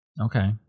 Okay